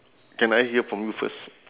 can I hear from you first